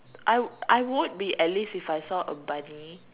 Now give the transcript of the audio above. I I would be Alice if I saw a bunny